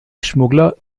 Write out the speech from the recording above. schmuggler